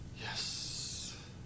Yes